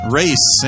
race